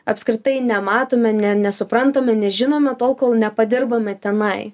apskritai nematome ne nesuprantame nežinome tol kol nepadirbame tenai